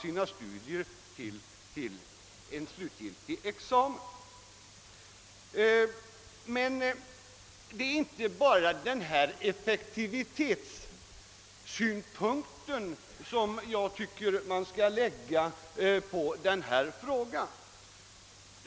Jag tycker emellertid att man inte enbart skall anlägga den här effektivitetssynpunkten på frågan.